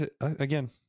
Again